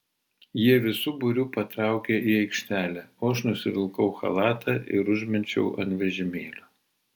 jie visu būriu patraukė į aikštelę o aš nusivilkau chalatą ir užmečiau ant vežimėlio